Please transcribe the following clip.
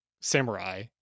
samurai